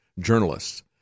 journalists